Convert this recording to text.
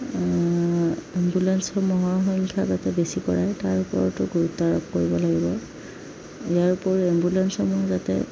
এম্বুলেসসমূহৰ সংখ্যা যাতে বেছি কৰা তাৰ ওপৰতো গুৰুত্ব আৰোপ কৰিব লাগিব ইয়াৰ উপৰিও এম্বুলেসসমূহ যাতে